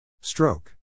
Stroke